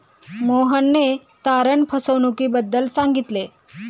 मोहनने तारण फसवणुकीबद्दल सांगितले